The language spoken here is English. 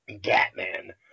Batman